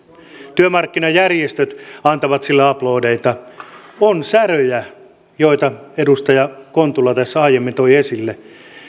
työmarkkinajärjestöt antavat sille aplodeita on säröjä joita edustaja kontula tässä aiemmin toi esille